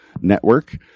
network